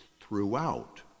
throughout